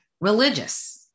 religious